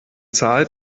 zahlt